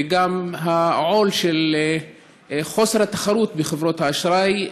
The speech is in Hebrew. וגם מהו העול של חוסר התחרות בחברות האשראי.